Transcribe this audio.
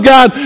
God